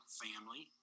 family